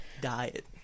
Diet